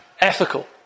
ethical